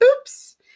oops